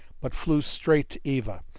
but flew straight to eva,